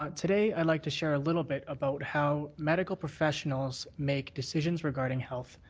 ah today i'd like to share a little bit about how medical professionals make decisions regarding health.